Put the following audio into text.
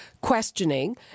questioning